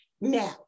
now